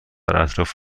اطراف